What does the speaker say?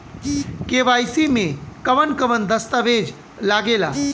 KYC में कवन कवन दस्तावेज लागे ला?